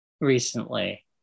recently